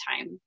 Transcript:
time